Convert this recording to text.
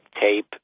tape